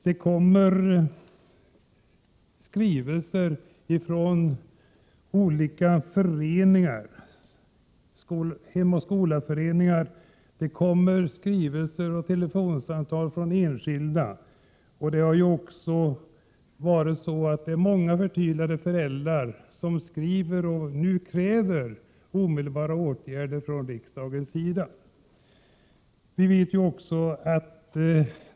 Det kommer skrivelser från olika Hem och skola-föreningar samt skrivelser och telefonsamtal från enskilda. Det är också många förtvivlade föräldrar som skriver och nu kräver omedelbara åtgärder från riksdagen.